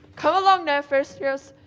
come along now, first years.